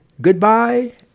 Goodbye